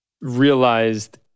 realized